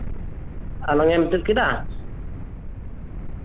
ᱟᱞᱟᱝᱮᱢ ᱛᱩᱫ ᱠᱮᱫᱟ